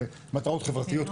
על מטרות חברתיות,